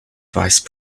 vice